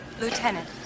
Lieutenant